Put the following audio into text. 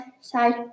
side